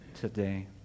today